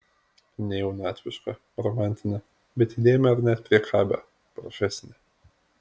ne jaunatvišką romantinę bet įdėmią ar net priekabią profesinę